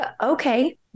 Okay